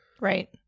Right